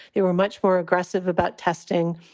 they were much more aggressive about testing.